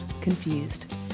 Confused